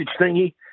thingy